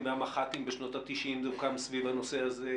והמח"טים בשנות ה-90 והוא גם סביב הנושא הזה.